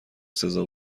سزا